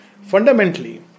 Fundamentally